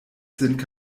sind